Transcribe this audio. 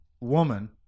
woman